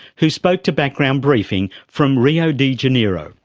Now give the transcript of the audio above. who spoke to background briefing from rio de janeiro.